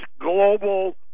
Global